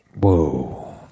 Whoa